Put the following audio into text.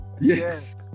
yes